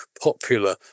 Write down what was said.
popular